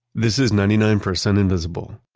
this is ninety nine percent invisible.